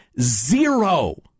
zero